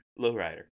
Lowrider